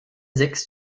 sechs